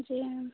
जी